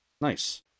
Nice